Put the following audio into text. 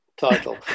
title